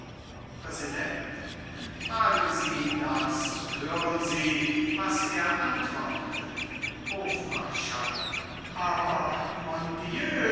präsident fragen sie ihn das und hören sie was er antwortet hofmarschall aber